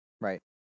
Right